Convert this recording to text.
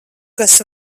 kas